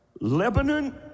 Lebanon